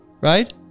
right